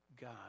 God